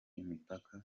imipaka